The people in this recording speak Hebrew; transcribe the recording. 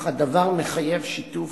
אך הדבר מחייב שיתוף